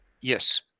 Yes